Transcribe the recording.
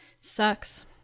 Sucks